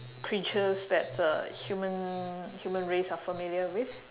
creatures that uh human human race are familiar with